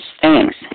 Thanks